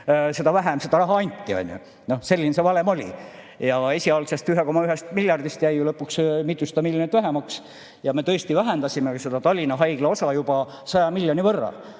seda vähem raha anti. Selline see valem oli ja esialgsest 1,1 miljardist jäi ju lõpuks mitusada miljonit vähemaks, me tõesti vähendasime seda Tallinna Haigla osa juba 100 miljoni võrra.